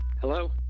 Hello